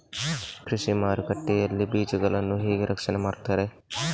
ಕೃಷಿ ಮಾರುಕಟ್ಟೆ ಯಲ್ಲಿ ಬೀಜಗಳನ್ನು ಹೇಗೆ ರಕ್ಷಣೆ ಮಾಡ್ತಾರೆ?